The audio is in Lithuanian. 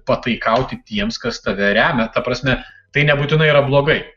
pataikauti tiems kas tave remia ta prasme tai nebūtinai yra blogai